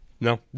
No